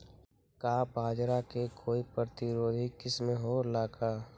का बाजरा के कोई प्रतिरोधी किस्म हो ला का?